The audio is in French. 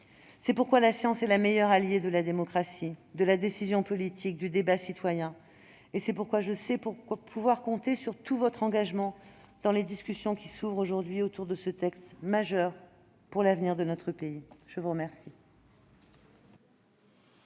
C'est pourquoi la science est la meilleure alliée de la démocratie, de la décision politique, du débat citoyen, et c'est pourquoi je sais pouvoir compter sur tout votre engagement dans les discussions qui s'ouvrent aujourd'hui autour de ce texte majeur pour l'avenir de notre pays. La parole